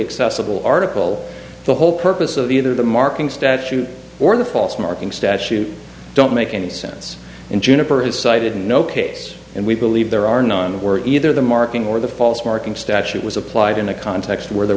accessible article the whole purpose of either the marking statute or the false marking statute don't make any sense in juniper has cited no case and we believe there are none were either the marking or the false marking statute was applied in a context where there